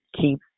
Keep